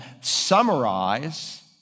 summarize